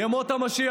ימות המשיח.